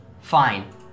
fine